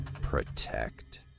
Protect